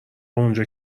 اونجا